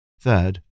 Third